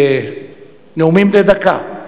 נאומים בני דקה.